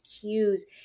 cues